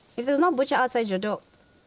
if there is no butcher outside your door,